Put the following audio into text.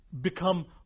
become